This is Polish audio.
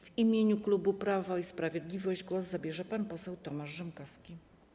W imieniu klubu Prawo i Sprawiedliwość głos zabierze pan poseł Tomasz Rzymkowski.